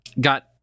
got